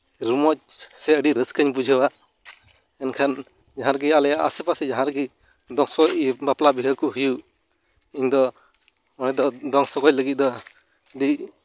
ᱨᱚᱢᱚᱡᱽ ᱥᱮ ᱟᱹᱰᱤ ᱨᱟᱹᱥᱠᱟᱹᱧ ᱵᱩᱡᱷᱟᱹᱣᱟ ᱢᱮᱱᱠᱷᱟᱱ ᱡᱟᱦᱟᱸ ᱨᱮᱜᱮ ᱟᱞᱮᱭᱟᱜ ᱟᱥᱮᱯᱟᱥᱮ ᱡᱟᱦᱟᱸ ᱨᱮᱜᱮ ᱫᱚᱝ ᱥᱚᱜᱚᱭ ᱤᱭᱟᱹ ᱵᱟᱯᱞᱟ ᱵᱤᱦᱟᱹ ᱠᱚ ᱦᱩᱭᱩᱜ ᱤᱧ ᱫᱚ ᱚᱱᱟ ᱫᱚ ᱫᱚᱝ ᱥᱚᱜᱚᱭ ᱞᱟᱹᱜᱤᱫ ᱫᱚ ᱟᱹᱰᱤ